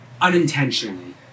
Unintentionally